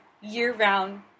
year-round